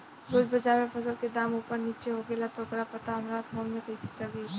रोज़ बाज़ार मे फसल के दाम ऊपर नीचे होखेला त ओकर पता हमरा फोन मे कैसे लागी?